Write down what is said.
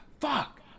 fuck